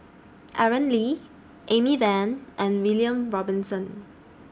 Aaron Lee Amy Van and William Robinson